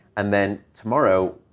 and then tomorrow,